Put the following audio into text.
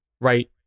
right